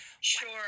Sure